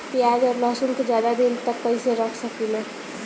प्याज और लहसुन के ज्यादा दिन तक कइसे रख सकिले?